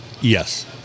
Yes